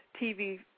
TV